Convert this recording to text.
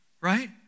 Right